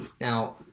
Now